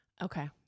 Okay